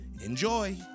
Enjoy